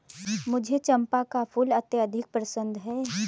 मुझे चंपा का फूल अत्यधिक पसंद है